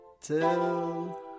till